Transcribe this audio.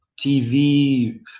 tv